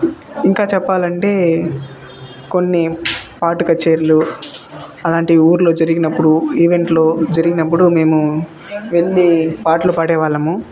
ఇంకా చెప్పాలంటే కొన్ని పాట కచేరీలు అలాంటివి ఊర్లో జరిగినప్పుడు ఈవెంట్లు జరిగినప్పుడు మేము వెళ్లి పాటలు పాడేవాళ్ళము